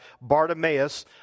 Bartimaeus